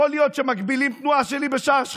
שמגבילים תנועה שלי בשער שכם,